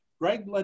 Greg